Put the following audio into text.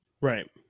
Right